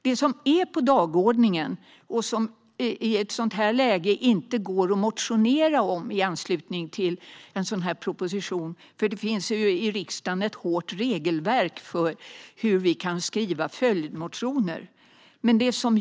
Det som finns på dagordningen och som det i ett sådant här läge inte går att motionera om i anslutning till propositionen är att det i riksdagen finns ett strängt regelverk för hur man kan skriva följdmotioner.